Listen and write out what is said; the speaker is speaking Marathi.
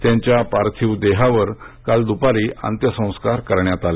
त्यांच्या पार्थिव देहावर काल दुपारी अंत्यसंस्कार करण्यात आले